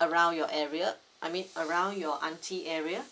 around your area I mean around your auntie area